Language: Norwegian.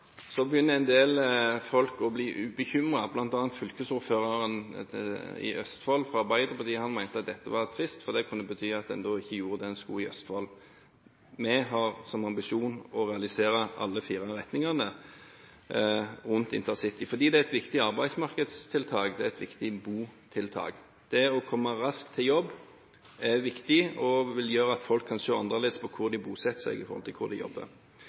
en gang vi gjorde det, begynte en del folk å bli bekymret, bl.a. fylkesordføreren i Østfold, fra Arbeiderpartiet. Han mente dette var trist, for det kunne bety at en da ikke gjorde det en skulle i Østfold. Vi har som ambisjon å realisere alle fire retninger rundt Intercity, fordi det er et viktig arbeidsmarkedstiltak og et viktig botiltak. Det å komme raskt til jobb er viktig og vil gjøre at folk kan se annerledes på hvor de bosetter seg i forhold til hvor de jobber.